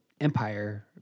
Empire